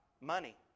money